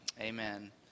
Amen